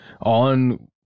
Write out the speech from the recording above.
on